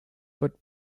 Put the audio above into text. foot